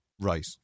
Right